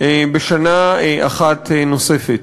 בשנה אחת נוספת.